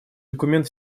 документ